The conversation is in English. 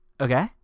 Okay